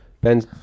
Ben